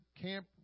camp